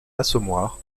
assommoir